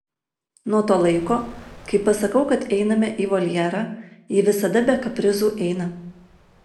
nuo to laiko kai pasakau kad einame į voljerą ji visada be kaprizų eina